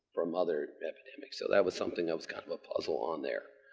from other epidemics. so that was something that was kind of a puzzle on there,